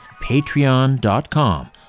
Patreon.com